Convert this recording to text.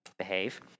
behave